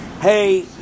hey